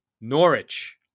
Norwich